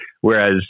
whereas